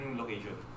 location